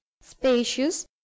spacious